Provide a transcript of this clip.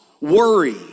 worry